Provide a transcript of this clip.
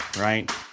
right